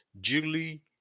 Julie